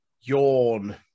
Yawn